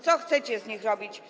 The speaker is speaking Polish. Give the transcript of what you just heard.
Co chcecie z nich robić?